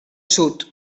sud